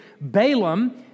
Balaam